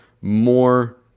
more